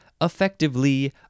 effectively